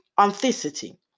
authenticity